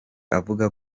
avuga